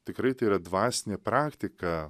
tikrai tai yra dvasinė praktika